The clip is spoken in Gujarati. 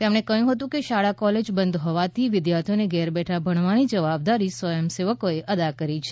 તેમણે કહ્યું હતું કે શાળા કોલેજ બંધ હોવાથી વિદ્યાથીઓને ઘેર બેઠા ભણાવવાની જવાબદારી સ્વયંસેવકોએ અદા કરી છે